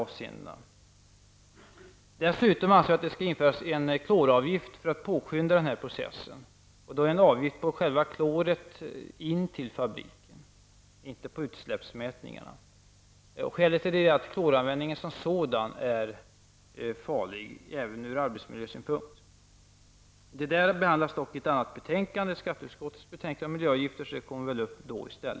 Vi anser dessutom att en kloravgift skall införas för att påskynda denna process. Det skall vara en avgift på kloret in till fabriken, inte på utsläppen. Skälet är att kloranvändning som sådan är farlig även ur arbetsmiljösynpunkt. Det behandlas dock i ett annat betänkande, skatteutskottets betänkande om miljöavgifter, så det kommer väl upp i den debatten.